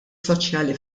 soċjali